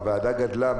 הוועדה גדלה.